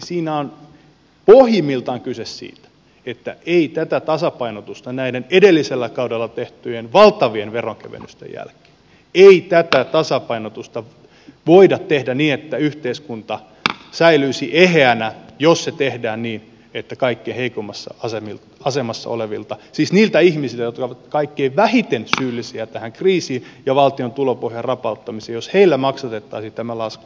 siinä on pohjimmiltaan kyse siitä että ei tätä tasapainotusta näiden edellisellä kaudella tehtyjen valtavien veronkevennysten jälkeen voida tehdä niin että yhteiskunta säilyisi eheänä jos se tehdään niin että kaikkein heikoimmassa asemassa olevilla siis niillä ihmisillä jotka ovat kaikkein vähiten syyllisiä tähän kriisiin ja valtion tulopohjan rapauttamiseen maksatettaisiin tämä lasku